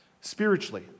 Spiritually